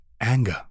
anger